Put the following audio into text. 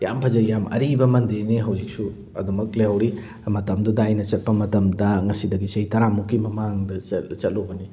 ꯌꯥꯝ ꯐꯖꯩ ꯌꯥꯝ ꯑꯔꯤꯕ ꯃꯟꯗꯤꯔꯅꯤ ꯍꯧꯖꯤꯛꯁꯨ ꯑꯗꯨꯃꯛ ꯂꯩꯍꯧꯔꯤ ꯃꯇꯝꯗꯨꯗ ꯑꯩꯅ ꯆꯠꯄ ꯃꯇꯝꯗ ꯉꯁꯤꯗꯒꯤ ꯆꯍꯤ ꯇꯔꯥꯃꯨꯛꯀꯤ ꯃꯃꯥꯡꯗ ꯆꯠꯂꯨꯕꯅꯤ